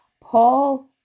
Paul